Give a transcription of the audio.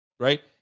Right